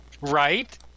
Right